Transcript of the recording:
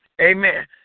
Amen